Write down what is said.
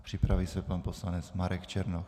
Připraví se pan poslanec Marek Černoch.